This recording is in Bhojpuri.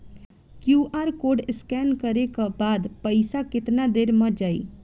क्यू.आर कोड स्कैं न करे क बाद पइसा केतना देर म जाई?